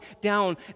down